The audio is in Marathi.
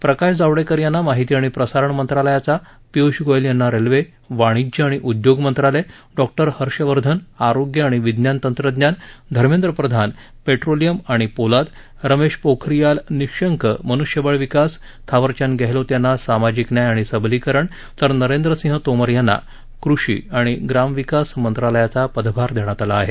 प्रकाश जावडेकर यांना माहिती आणि प्रसारण मंत्रालयाचा पिय्ष गोयल यांना रेल्वे वाणिज्य आणि उद्योग मंत्रालय डॉक्टर हर्षवर्धन आरोग्य आणि विज्ञान तंत्रज्ञान धर्मेंद्र प्रधान पेट्रोलियम आणि पोलाद रमेश पोखरियाल निषंक मन्ष्यबळ विकास थावरचंद गेहलोत यांना सामाजिक न्याय आणि सबलीकरण तर नरेंद्रसिंह तोमर यांना कृषी आणि ग्रामविकास मंत्रालयाचा पदभार देण्यात आला आहे